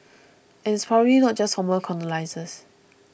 and it's probably not just former colonisers